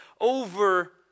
over